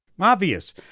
Obvious